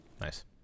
Nice